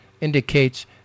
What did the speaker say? indicates